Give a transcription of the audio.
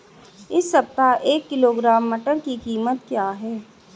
इस सप्ताह एक किलोग्राम मटर की कीमत क्या है?